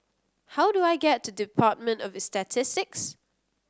how do I get to Department of Statistics